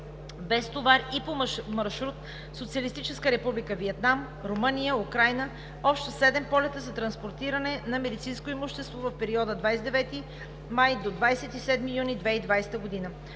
без товар и по маршрут Социалистическа република Виетнам – Румъния – Украйна, общо седем полета за транспортиране на медицинско имущество в периода 29 май до 27 юни 2020 г.